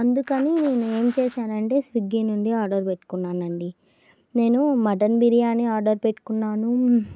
అందుకని నేను ఏం చేశానంటే స్విగ్గీ నుండి ఆర్డర్ పెట్టుకున్నానండి నేను మటన్ బిర్యానీ ఆర్డర్ పెట్టుకున్నాను